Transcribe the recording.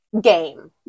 game